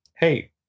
hey